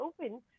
open